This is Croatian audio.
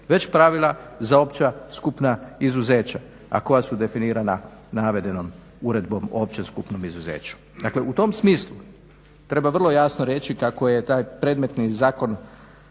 već pravila za opća skupna izuzeća, a koja su definirana navedenom Uredbu o općem skupnom izuzeću. Dakle, u tom smislu treba vrlo jasno reći kako je taj predmetni zakon